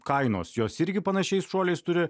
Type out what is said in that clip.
kainos jos irgi panašiais šuoliais turi